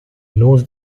knows